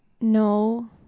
No